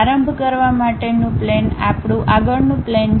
પ્રારંભ કરવા માટેનું પ્લેન આપણું આગળનું પ્લેન છે